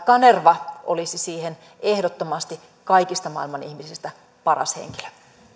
kanerva olisi siihen ehdottomasti kaikista maailman ihmisistä paras henkilö